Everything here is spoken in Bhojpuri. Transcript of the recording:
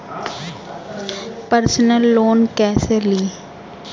परसनल लोन कैसे ली?